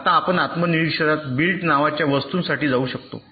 आता आपण आत्मनिरीक्षणात बिल्ट नावाच्या वस्तूसाठी जाऊ शकतो